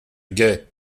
gai